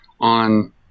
on